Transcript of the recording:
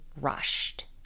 rushed